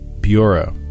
bureau